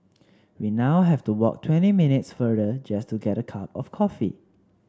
we now have to walk twenty minutes farther just to get a cup of coffee